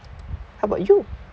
how about you